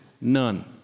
none